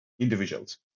individuals